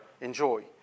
enjoy